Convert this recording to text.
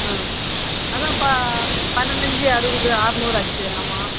ஆ அதான் பா பன்னெண்டு அஞ்சு அறுபது ஆர்நூறாச்சு ஆமாம்